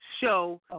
show